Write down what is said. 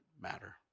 matter